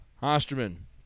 Osterman